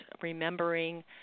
remembering